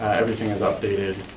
everything is updated,